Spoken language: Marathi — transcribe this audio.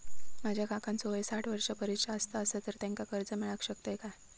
माझ्या काकांचो वय साठ वर्षां परिस जास्त आसा तर त्यांका कर्जा मेळाक शकतय काय?